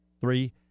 Three